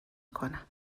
کنم